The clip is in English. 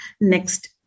Next